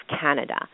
Canada